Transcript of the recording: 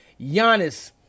Giannis